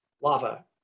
lava